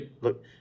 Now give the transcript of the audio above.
Look